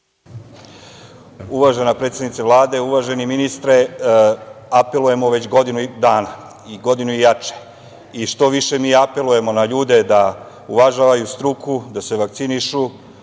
Uvažena predsednice Vlade, uvaženi ministre, apelujemo već godinu dana, godinu i jače. Što više mi apelujemo na ljude da uvažavaju struku, da se vakcinišu,